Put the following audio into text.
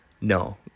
No